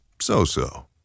so-so